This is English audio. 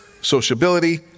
sociability